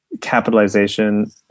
capitalization